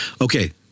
okay